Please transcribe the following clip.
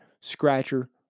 scratcher